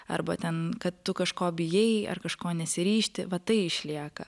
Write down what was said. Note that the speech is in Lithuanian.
arba ten kad tu kažko bijai ar kažko nesiryžti vat tai išlieka